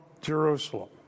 Jerusalem